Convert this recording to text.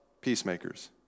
peacemakers